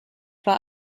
war